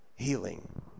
healing